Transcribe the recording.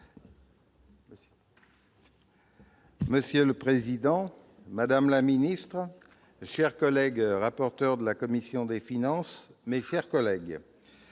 Monsieur le président, madame la ministre, chers collègues rapporteurs de la commission des finances, mes chers collègues,